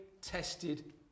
tested